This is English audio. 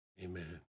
Amen